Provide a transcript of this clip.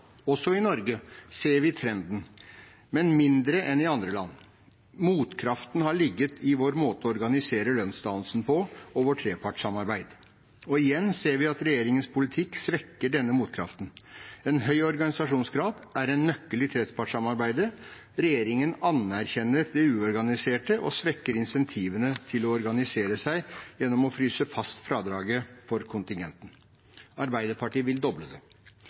Også i Norge ser vi trenden, men mindre enn i andre land. Motkraften har ligget i vår måte å organisere lønnsdannelsen på og vårt trepartssamarbeid. Igjen ser vi at regjeringens politikk svekker denne motkraften. En høy organisasjonsgrad er en nøkkel i trepartssamarbeidet. Regjeringen anerkjenner det uorganiserte og svekker incentivene til å organisere seg gjennom å fryse fast fradraget for kontingenten. Arbeiderpartiet vil doble det.